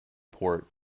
port